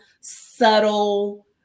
subtle